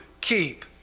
keep